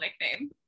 nickname